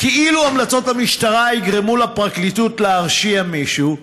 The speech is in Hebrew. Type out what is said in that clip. כאילו המלצות המשטרה יגרמו לפרקליטות להרשיע מישהו,